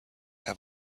have